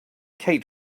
kate